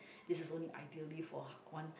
this is only ideally for one